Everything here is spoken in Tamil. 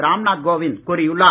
ராம் நாத் கோவிந்த் கூறியுள்ளார்